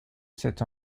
cet